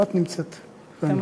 את נמצאת כאן.